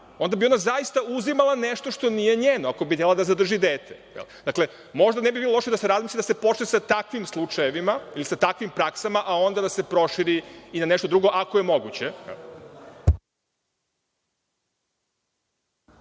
onda bi ona zaista uzimala nešto što nije njeno, ako bi htela da zadrži dete. Dakle, možda ne bi bilo loše da se razmisli da se počne sa takvim slučajevima ili sa takvim praksama, a onda da se proširi i na nešto drugo, ako je moguće.